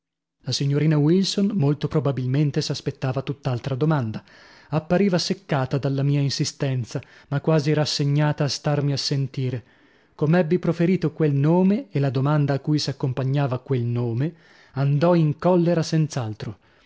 la signorina wilson molto probabilmente s'aspettava tutt'altra domanda appariva seccata dalla mia insistenza ma quasi rassegnata a starmi a sentire com'ebbi proferito quel nome e la domanda a cui s'accompagnava quel nome andò in collera